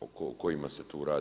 o kojima se tu radi.